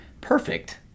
perfect